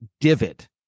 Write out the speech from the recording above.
divot